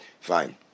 fine